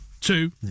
Two